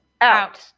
out